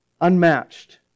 unmatched